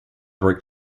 brick